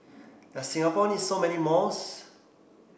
does Singapore need so many malls